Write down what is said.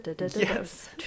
Yes